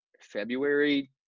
February